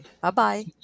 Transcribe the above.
Bye-bye